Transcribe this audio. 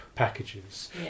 packages